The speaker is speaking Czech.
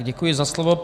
Děkuji za slovo.